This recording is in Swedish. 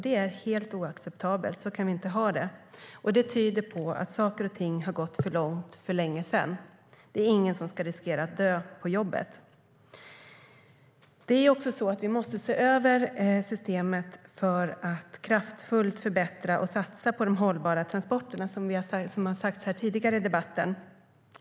Det är helt oacceptabelt. Så kan vi inte ha det. Det tyder på att saker och ting har gått för långt för länge sedan. Det är ingen som ska riskera att dö på jobbet. Det är också så att vi måste se över systemet för att kraftfullt förbättra och satsa på de hållbara transporterna, som har sagts här tidigare i debatten.